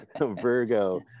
Virgo